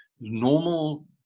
normal